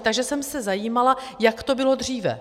Takže jsem se zajímala, jak to bylo dříve.